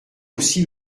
aussi